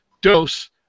dose